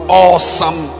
awesome